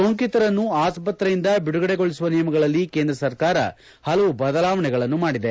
ಸೋಂಕಿತರನ್ನು ಆಸ್ವತ್ರೆಯಿಂದ ಬಿಡುಗಡೆಗೊಳಿಸುವ ನಿಯಮಗಳಲ್ಲಿ ಕೇಂದ್ರ ಸರಕಾರ ಹಲವು ಬದಲಾವಣೆಗಳನ್ನು ಮಾಡಿದೆ